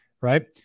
right